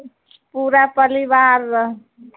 पूरा पलिवार रहे